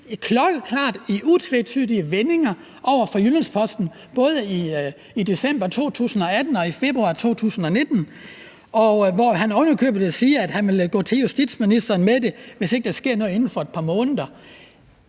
i utvetydige vendinger til Jyllands-Posten både i december 2018 og i februar 2019. Her sagde han ovenikøbet, at han ville gå til justitsministeren med det, hvis ikke der skete noget inden for et par måneder.